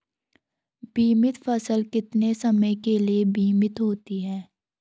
बीमित फसल कितने समय के लिए बीमित होती है?